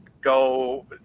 go